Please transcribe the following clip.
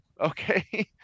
okay